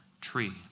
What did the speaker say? tree